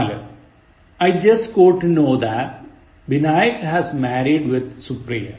4 I just got to know that Binayak has married with Supriya